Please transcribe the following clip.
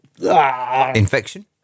Infection